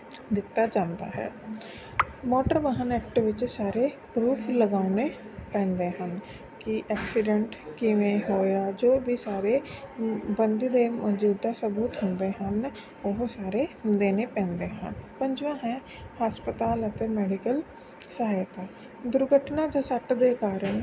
ਦਿੱਤਾ ਜਾਂਦਾ ਹੈ ਮੋਟਰ ਵਾਹਨ ਐਕਟ ਵਿੱਚ ਸਾਰੇ ਪਰੂਫ ਲਗਾਉਣੇ ਪੈਂਦੇ ਹਨ ਕਿ ਐਕਸੀਡੈਂਟ ਕਿਵੇਂ ਹੋਇਆ ਜੋ ਵੀ ਸਾਰੇ ਬੰਦੇ ਦੇ ਮੌਜੂਦਾ ਸਬੂਤ ਹੁੰਦੇ ਹਨ ਉਹ ਸਾਰੇ ਦੇਣੇ ਪੈਂਦੇ ਹਨ ਪੰਜਵਾਂ ਹੈ ਹਸਪਤਾਲ ਅਤੇ ਮੈਡੀਕਲ ਸਹਾਇਤਾ ਦੁਰਘਟਨਾ ਜਾਂ ਸੱਟ ਦੇ ਕਾਰਨ